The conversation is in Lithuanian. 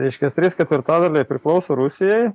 reiškias trys ketvirtadaliai priklauso rusijai